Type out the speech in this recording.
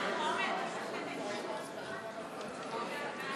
לסעיף 1 לא נתקבלה.